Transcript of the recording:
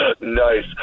Nice